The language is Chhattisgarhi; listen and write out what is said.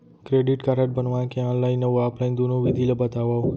क्रेडिट कारड बनवाए के ऑनलाइन अऊ ऑफलाइन दुनो विधि ला बतावव?